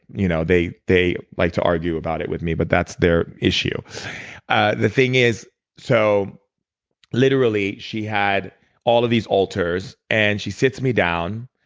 you know they they like to argue about it with me but that's their issue the thing is so literally, she had all of these altars and she sits me down.